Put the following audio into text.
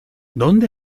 dónde